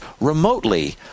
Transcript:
remotely